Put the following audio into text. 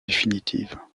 définitive